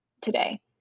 today